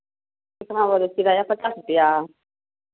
कितना बोले किराया पचास रुपैया